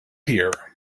here